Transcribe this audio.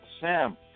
Sam